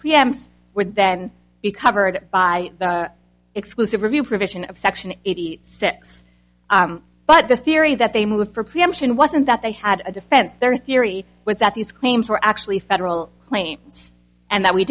s would then be covered by the exclusive review provision of section eighty six but the theory that they moved for preemption wasn't that they had a defense their theory was that these claims were actually federal claims and that we